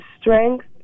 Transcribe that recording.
strength